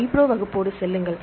எனவே iPro வகுப்போடு செல்லுங்கள்